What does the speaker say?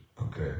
Okay